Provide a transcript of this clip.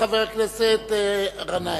חבר הכנסת גנאים.